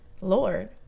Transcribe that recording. Lord